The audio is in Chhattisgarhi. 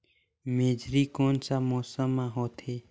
मेझरी कोन सा मौसम मां होथे?